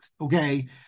okay